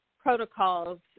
protocols